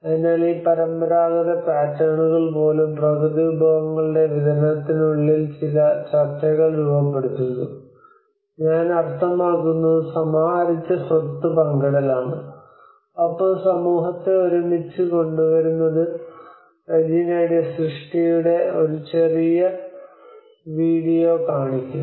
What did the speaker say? അതിനാൽ ഈ പരമ്പരാഗത പാറ്റേണുകൾ പോലും പ്രകൃതിവിഭവങ്ങളുടെ വിതരണത്തിനുള്ളിൽ ചില ചർച്ചകൾ രൂപപ്പെടുത്തുന്നു ഞാൻ അർത്ഥമാക്കുന്നത് സമാഹരിച്ച സ്വത്ത് പങ്കിടലാണ് ഒപ്പം സമൂഹത്തെ ഒരുമിച്ച് കൊണ്ടുവരുന്നത് റെജീനയുടെ സൃഷ്ടിയുടെ ഒരു ചെറിയ വീഡിയോ കാണിക്കും